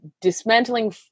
dismantling